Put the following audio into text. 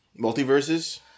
Multiverses